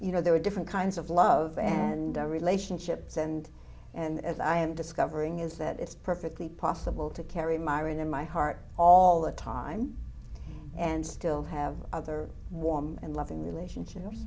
you know there are different kinds of love and relationships and and i am discovering is that it's perfectly possible to carry my ring in my heart all the time and still have other warm and loving relationships